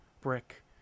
brick